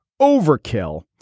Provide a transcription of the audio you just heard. overkill